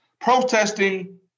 protesting